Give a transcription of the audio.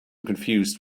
confused